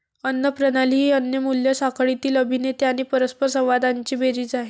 अन्न प्रणाली ही अन्न मूल्य साखळीतील अभिनेते आणि परस्परसंवादांची बेरीज आहे